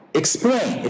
explain